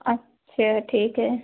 अच्छा ठीक है